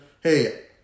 Hey